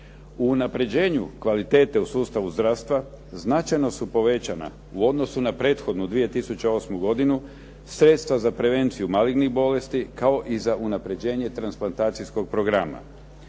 U unapređenju kvalitete u sustavu zdravstva, značajno su povećana u odnosu na prethodnu 2008. godinu sredstva za prevenciju malignih bolesti kao i za unapređenje transplantacijskog programa.